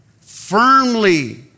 firmly